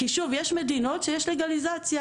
כי יש מדינות שיש בהן לגליזציה,